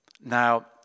Now